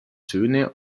söhne